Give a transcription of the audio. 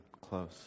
close